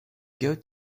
going